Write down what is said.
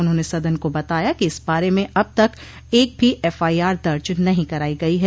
उन्होंने सदन को बताया कि इस बारे में अब तक एक भी एफआईआर दर्ज नहीं कराई गई है